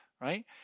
right